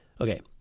Okay